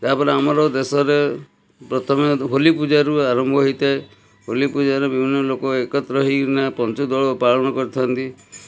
ତା'ପରେ ଆମର ଦେଶରେ ପ୍ରଥମେ ହୋଲି ପୂଜାରୁ ଆରମ୍ଭ ହେଇଥାଏ ହୋଲି ପୂଜାରେ ବିଭିନ୍ନ ଲୋକ ଏକତ୍ର ହେଇକିନା ପଞ୍ଚୁଦୋଳ ପାଳନ କରିଥାଆନ୍ତି